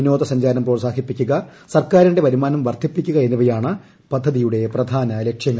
വിനോദസഞ്ചാരം പ്രോത്സാഹിപ്പിക്കുക സർക്കാരിന്റെ വരുമാനം വർദ്ധിപ്പിക്കുക എന്നിവയാണ് പദ്ധതിയുടെ പ്രധാന ലക്ഷ്യങ്ങൾ